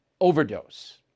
overdose